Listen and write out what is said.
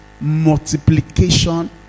multiplication